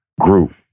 group